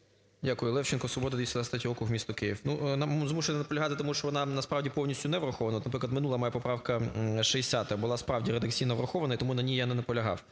Дякую. Левченко, "Свобода", 223 округ місто Київ. Змушений наполягати, тому що вона насправді повністю не врахована. Наприклад, минула моя поправка 60 була справді редакційно враховано, і тому на ній я не наполягав,